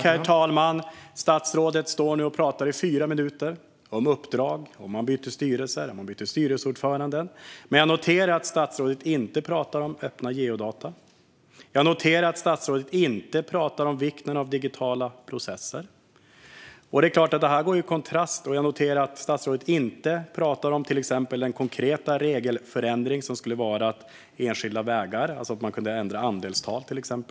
Herr talman! Statsrådet talar i fyra minuter om uppdrag och om att man har bytt styrelse och styrelseordförande. Men jag noterar att statsrådet inte talar om öppna geodata. Jag noterar att statsrådet inte talar om vikten av digitala processer. Och jag noterar att statsrådet inte talar om till exempel den konkreta regelförändring som skulle innebära att man kunde ändra andelstal för enskilda vägar.